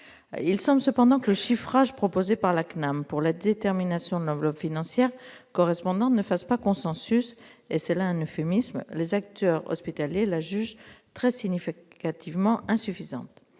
Il semble cependant que le chiffrage proposé par la CNAM pour la détermination de l'enveloppe financière correspondante ne fasse pas- c'est là un euphémisme ! -consensus : les acteurs hospitaliers la jugent très significativement insuffisante.